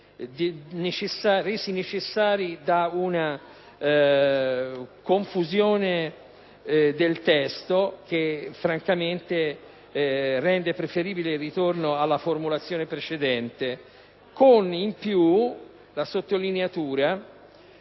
resi necessari da una confusione del testo che francamente rende preferibile il ritorno alla formulazione precedente. Sottolineo,